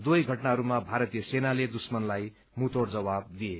दुवै घटनाहरूमा भारतीय सेनाले दुश्मनलाई मूँहँतोङ जवाब दिए